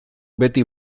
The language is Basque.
beti